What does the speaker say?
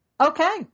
Okay